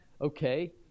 okay